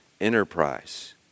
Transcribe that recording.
enterprise